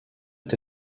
est